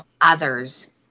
others